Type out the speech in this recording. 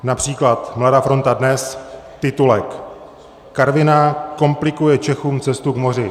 Například Mladá fronta DNES titulek: Karviná komplikuje Čechům cestu k moři.